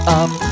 up